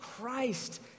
Christ